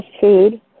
Food